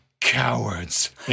cowards